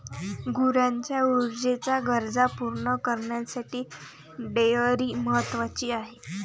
गुरांच्या ऊर्जेच्या गरजा पूर्ण करण्यासाठी डेअरी महत्वाची आहे